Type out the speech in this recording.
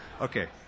Okay